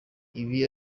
ibi